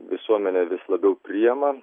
visuomenė vis labiau priėma